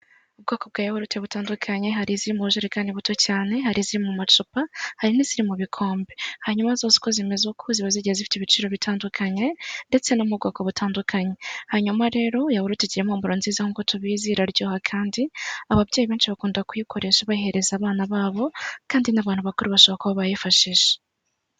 Ubwoko bwa bwa yawurute butandukanye: hari iziri mu bujerikani buto cyane, hari iziri mu macupa, hari n'iziri mu bikombe, hanyuma zose uko zimeze uko ziba zigiye zifite ibiciro bitandukanye, ndetse no mu bwoko butandukanye, hanyuma rero yawurute igira impumuro nziza nkuko tubizi, iraryoha kandi, ababyeyi benshi bakunda kuyikoresha bahereza abana babo, kandi n'abantu bakuru basaba ko bayifashisha.